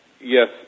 Yes